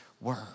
Word